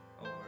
over